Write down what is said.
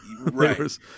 right